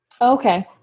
Okay